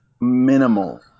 minimal